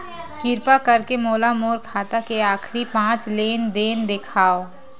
किरपा करके मोला मोर खाता के आखिरी पांच लेन देन देखाव